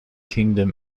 kingdom